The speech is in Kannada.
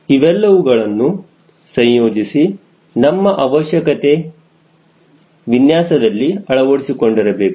ಇವೆಲ್ಲವುಗಳನ್ನು ಸಂಯೋಜಿಸಿ ನಮ್ಮ ಅವಶ್ಯಕತೆಯತಕ್ಕಂತೆ ವಿನ್ಯಾಸದಲ್ಲಿ ಅಳವಡಿಸಿಕೊಂಡಿರಬೇಕು